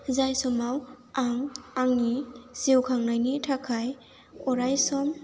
जाय समाव आं आंनि जिउ खांनायनि थाखाय अराय सम